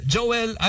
Joel